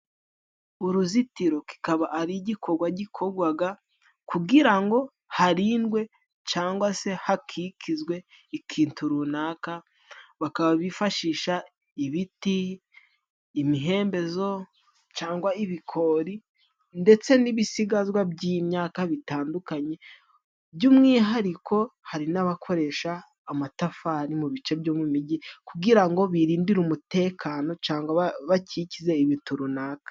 Uruzitiro kikaba ari igikorwa gikorwaga kugira ngo harindwe cangwa se hakikizwe ikintu runaka. Bakaba bifashisha ibiti, imihembezo, cangwa ibikori, ndetse n'ibisigazwa by'imyaka bitandukanye. By'umwihariko, hari n'abakoresha amatafari mu bice byo mu mijyi kugira ngo birindire umutekano cangwa bakikize ibintu runaka.